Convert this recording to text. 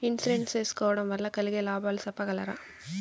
Insurance సేసుకోవడం వల్ల కలిగే లాభాలు సెప్పగలరా?